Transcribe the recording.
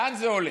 לאן זה הולך?